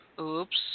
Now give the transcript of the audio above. Oops